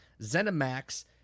Zenimax